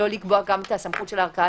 לא לקבוע גם את הסמכות של הערכאה